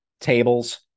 tables